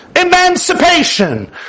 emancipation